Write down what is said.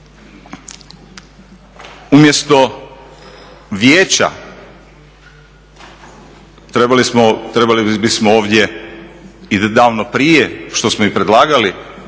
Umjesto vijeća trebali bismo ovdje i davno prije što su predlagali